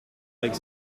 avec